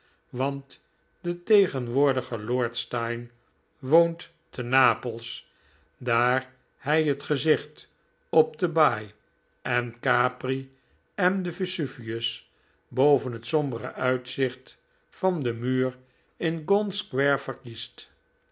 want de tegenwoordige lord steyne woont te napels daar hij het gezicht op de baai en capri en den vesuvius boven het sombere uitzicht van den muur in